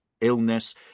illness